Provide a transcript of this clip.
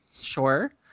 Sure